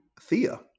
Thea